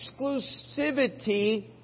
exclusivity